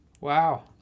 Wow